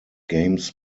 games